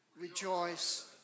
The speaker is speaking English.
rejoice